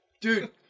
Dude